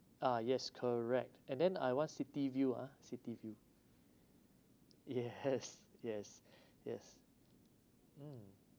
uh yes correct and then I want city view ah city view yes yes yes mm